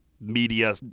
media